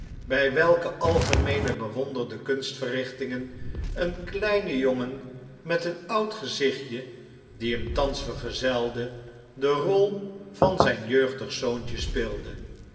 bij welke algemeen bewonderde kunstverrichtingen een kleine jongen met een oud gezichtje die hem thans vergezelde de rol van zijn jeugdig zoontje speelde